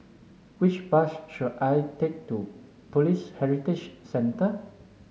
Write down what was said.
which bus should I take to Police Heritage Centre